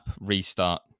restart